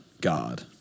God